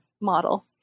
model